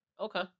Okay